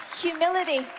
humility